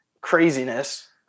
craziness